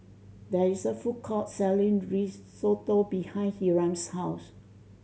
there is a food court selling Risotto behind Hiram's house